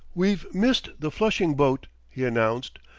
we've missed the flushing boat, he announced.